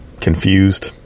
confused